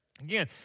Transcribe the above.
Again